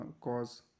cause